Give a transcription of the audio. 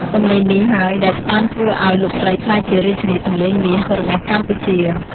សំឡេងនេះហើយដែលបានធ្វើឲ្យលោកស្រីក្លាយជា រាជិនីសំឡេងមាស របស់កម្ពុជា។